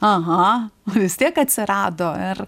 aha vis tiek atsirado ir